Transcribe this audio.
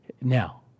Now